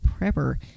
Prepper